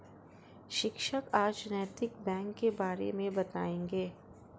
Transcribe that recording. शिक्षक आज नैतिक बैंक के बारे मे बताएँगे